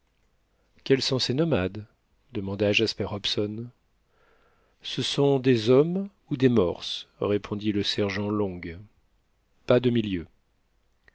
quels sont ces nomades demanda jasper hobson ce sont des hommes ou des morses répondit le sergent long pas de milieu